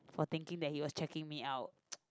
for thinking that he was checking me out